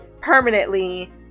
permanently